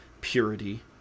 purity